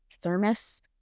thermos